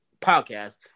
podcast